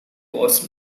was